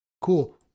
Cool